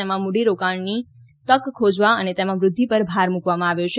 તેમાં મૂડીરોકાણની તક ખોજવા અને તેમાં વૃદ્ધિ પર ભાર મૂકવામાં આવ્યો છે